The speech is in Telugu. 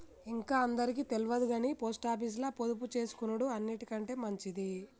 ఇంక అందరికి తెల్వదుగని పోస్టాపీసుల పొదుపుజేసుకునుడు అన్నిటికంటె మంచిది